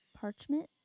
parchment